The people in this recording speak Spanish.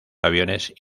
aviones